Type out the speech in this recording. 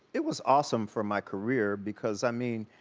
it was awesome for my career because i mean,